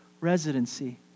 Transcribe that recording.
residency